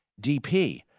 DP